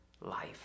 life